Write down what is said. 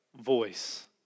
voice